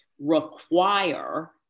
require